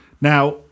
Now